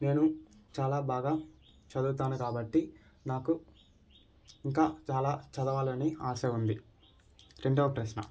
నేను చాలా బాగా చదువుతాను కాబట్టి నాకు ఇంకా చాలా చదవాలని ఆశ ఉంది రెండో ప్రశ్న